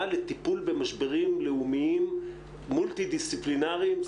לטיפול במשברים לאומיים מולטי דיסציפלינריים.